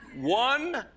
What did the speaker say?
One